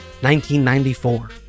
1994